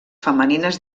femenines